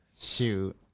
Shoot